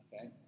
okay